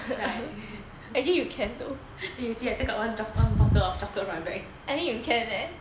right then you see I take out one bottle of chocolate from my back